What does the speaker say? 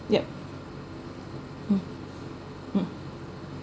yup uh uh